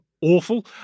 awful